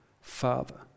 Father